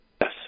Yes